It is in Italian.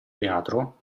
teatro